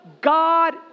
God